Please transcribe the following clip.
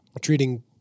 treating